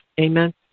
Amen